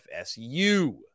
FSU